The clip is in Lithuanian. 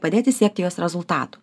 padėti siekti jos rezultatų